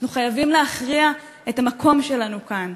אנחנו חייבים להכריע מה המקום שלנו כאן,